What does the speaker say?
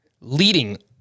leading